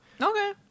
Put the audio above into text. Okay